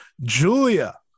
Julia